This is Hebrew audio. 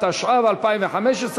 התשע"ו 2015,